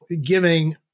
giving